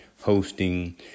hosting